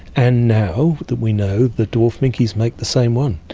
and now that we know the dwarf minkes make the same one.